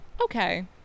okay